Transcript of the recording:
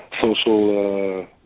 social